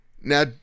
Now